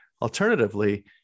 Alternatively